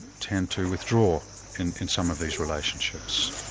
tend to withdraw in in some of these relationships.